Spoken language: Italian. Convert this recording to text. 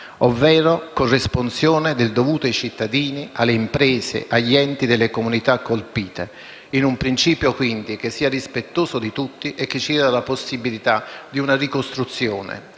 ovvero corresponsione del dovuto ai cittadini, alle imprese e agli enti delle comunità colpite, in un principio quindi che sia rispettoso di tutti e ci dia la possibilità di una ricostruzione